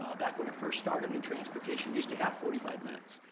ah back when i first started in transportation we used to have forty five minutes.